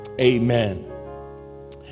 Amen